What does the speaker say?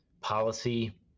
policy